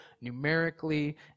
numerically